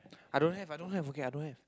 I don't have I don't have okay I don't have